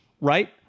right